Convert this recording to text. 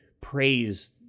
praise